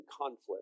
conflict